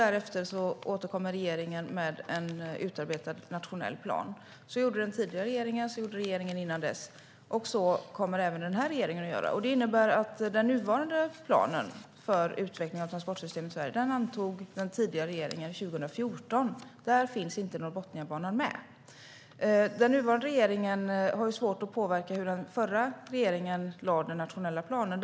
Därefter återkommer regeringen med en utarbetad nationell plan. Så gjorde den förra och den förrförra regeringen, och så kommer även den här regeringen att göra. Det innebär att den nuvarande planen för utvecklingen av transportsystemet i Sverige antogs av den tidigare regeringen 2014. Och där finns inte Norrbotniabanan med. Den nuvarande regeringen har svårt att påverka hur den förra regeringen lade fram den nationella planen.